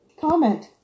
comment